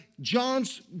John's